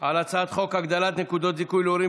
על הצעת חוק הגדלת נקודות זיכוי להורים